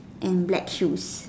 and black shoes